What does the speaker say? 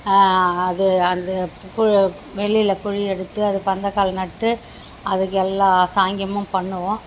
அது அந்த வெளியில் குழி எடுத்து அந்த பந்தக்கால் நட்டு அதுக்கு எல்லா சாங்கியமும் பண்ணுவோம்